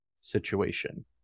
situation